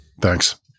Thanks